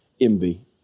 envy